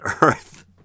Earth